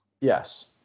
Yes